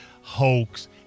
hoax